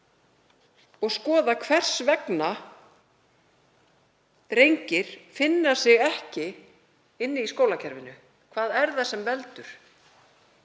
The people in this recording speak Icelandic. og skoða hvers vegna drengir finna sig ekki í skólakerfinu. Hvað er það sem veldur?